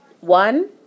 One